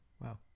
wow